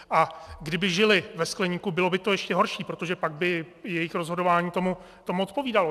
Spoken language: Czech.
A kdyby žili ve skleníku, bylo by to ještě horší, protože pak by jejich rozhodování tomu odpovídalo.